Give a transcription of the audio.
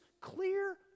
clear